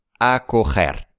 Acoger